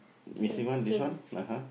missing one this one uh !huh!